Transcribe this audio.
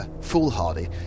foolhardy